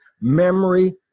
memory